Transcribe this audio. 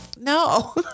No